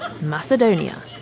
Macedonia